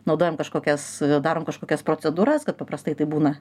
naudojam kažkokias darom kažkokias procedūras kad paprastai tai būna